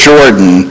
Jordan